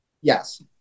Yes